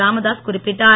ராமதாஸ் குறிப்பிட்டார்